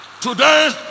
Today